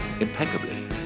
impeccably